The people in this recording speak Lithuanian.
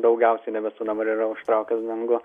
daugiausiai debesų dabar yra užtraukęs dangų